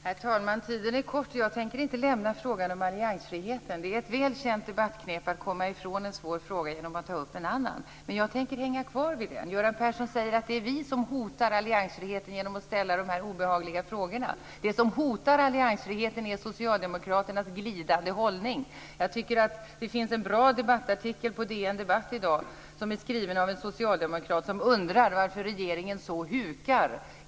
Herr talman! Tiden är kort, och jag tänker inte lämna frågan om alliansfriheten. Det är ett väl känt debattknep att komma ifrån en svår fråga genom att ta upp en annan. Men jag tänker hänga kvar vid den. Göran Persson säger att det är vi som hotar alliansfriheten genom att ställa dessa obehagliga frågor. Det som hotar alliansfriheten är Socialdemokraternas glidande hållning. Jag tycker att det finns en bra debattartikel på DN Debatt i dag som är skriven av en socialdemokrat som undrar varför regeringen så hukar.